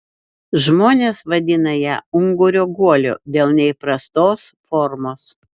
žmonės vadina ją ungurio guoliu dėl neįprastos formos